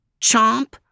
chomp